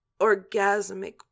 orgasmic